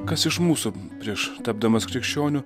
kas iš mūsų prieš tapdamas krikščioniu